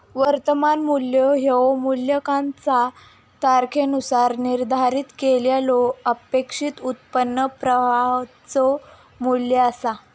वर्तमान मू्ल्य ह्या मूल्यांकनाचा तारखेनुसार निर्धारित केलेल्यो अपेक्षित उत्पन्न प्रवाहाचो मू्ल्य असा